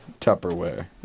Tupperware